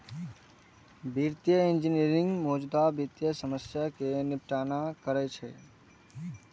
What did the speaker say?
वित्तीय इंजीनियरिंग मौजूदा वित्तीय समस्या कें निपटारा करै छै